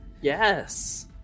yes